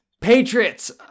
patriots